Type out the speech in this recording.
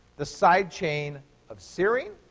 the side chain of serine,